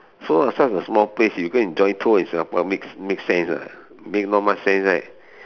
so a such a small place you go and join tour in Singapore makes makes sense or not make not much sense right